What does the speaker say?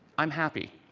i am happy.